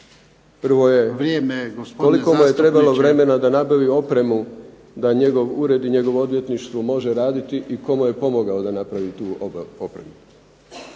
Prvo je, koliko mu je trebalo vremena da nabavi opremu da njegov ured i njegovo odvjetništvo može raditi i tko mu je pomogao da nabavi tu opremu.